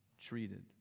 treated